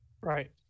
Right